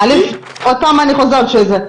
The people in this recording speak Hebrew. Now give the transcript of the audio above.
עוד פעם אני חוזרת שזה,